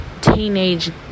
teenage